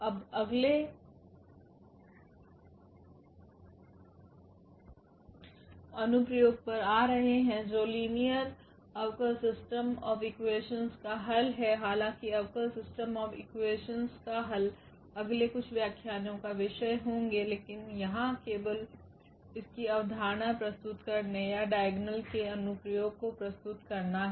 अब अगले अनुप्रयोग पर आ रहे हैं जो लीनियर अवकल सिस्टम ऑफ़ इक्वेशंस का हल है हालांकि अवकल सिस्टम ऑफ़ इक्वेशंस का हल अगले कुछ व्याख्यानों का विषय होंगे लेकिन यहां केवल इसकी अवधारणा प्रस्तुत करने या डाइगोनल के अनुप्रयोग को प्रस्तुत करना है